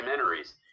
documentaries